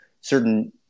certain